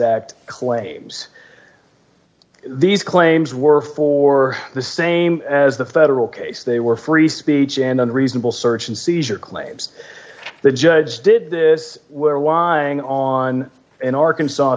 act claims these claims were for the same as the federal case they were free speech and unreasonable search and seizure claims the judge did this where whining on an arkansas